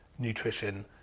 nutrition